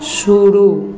शुरू